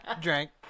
drank